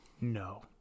no